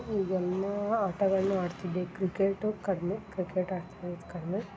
ಇವೆಲ್ಲ ಆಟಗಳ್ನು ಆಡ್ತಿದ್ದೆ ಕ್ರಿಕೆಟು ಕಡ್ಮೆ ಕ್ರಿಕೆಟ್ ಆಡ್ತಾ ಇದ್ದದ್ದು ಕಡ್ಮೆ